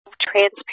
transparent